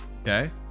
Okay